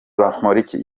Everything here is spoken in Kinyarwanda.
bamporiki